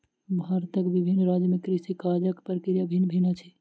भारतक विभिन्न राज्य में कृषि काजक प्रक्रिया भिन्न भिन्न अछि